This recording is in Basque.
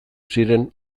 ziren